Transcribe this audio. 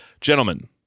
Gentlemen